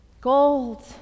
gold